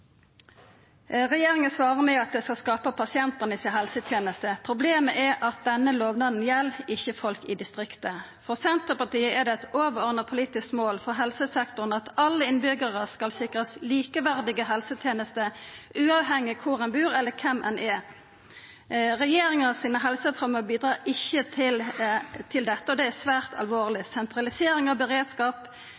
Regjeringa svarar med at dei skal skapa pasientanes helseteneste. Problemet er at denne lovnaden ikkje gjeld folk i distriktet. For Senterpartiet er det eit overordna politisk mål for helsesektoren at alle innbyggjarar skal sikrast likeverdige helsetenester uavhengig av kvar ein bur eller kven ein er. Regjeringas helsereform bidreg ikkje til dette, og det er svært alvorleg.